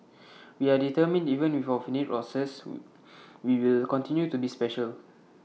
we are determined even with our finite resources we will continue to be special